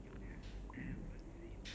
ya okay